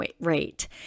rate